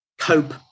cope